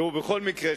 בכל מקרה,